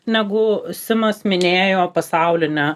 negu simas minėjo pasaulinę